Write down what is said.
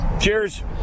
Cheers